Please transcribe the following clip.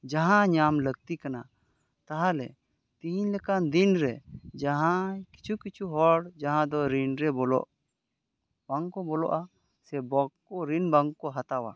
ᱡᱟᱦᱟᱸ ᱧᱟᱢ ᱞᱟᱹᱠᱛᱤ ᱠᱟᱱᱟ ᱛᱟᱦᱚᱞᱮ ᱛᱤᱦᱤᱧ ᱞᱮᱠᱟᱱ ᱫᱤᱱ ᱨᱮ ᱡᱟᱦᱟᱸᱭ ᱠᱤᱪᱷᱩ ᱠᱤᱪᱷᱩ ᱦᱚᱲ ᱡᱟᱦᱟᱸ ᱫᱚ ᱨᱤᱱ ᱨᱮ ᱵᱚᱞᱚᱜ ᱵᱟᱝ ᱠᱚ ᱵᱚᱞᱚᱜᱼᱟ ᱥᱮ ᱵᱟᱠ ᱨᱤᱱ ᱵᱟᱝ ᱠᱚ ᱦᱟᱛᱟᱣᱟ